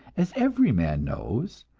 as every man knows,